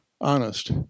honest